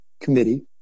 committee